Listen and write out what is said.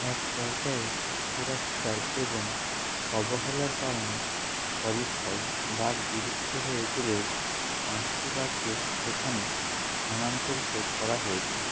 এক পর্যায়ে চোরাশিকার এবং অবহেলার কারণে সরিস্কায় বাঘ বিলুপ্ত হয়ে গেলেও পাঁচটি বাঘকে সেখানে স্থানান্তরিত করা হয়েছে